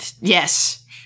Yes